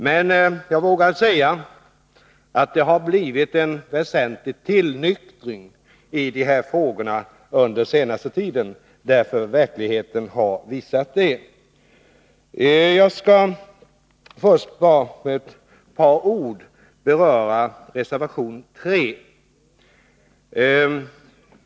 Men jag vågar säga att det har blivit en väsentlig tillnyktring i dessa frågor under den senaste tiden — verkligheten har visat det. Jag skall först bara med ett par ord beröra reservation 3.